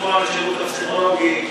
חשבו על השירות הפסיכולוגי,